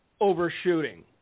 overshooting